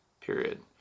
period